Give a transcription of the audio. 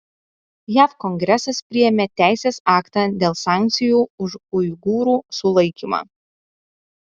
jav kongresas priėmė teisės aktą dėl sankcijų už uigūrų sulaikymą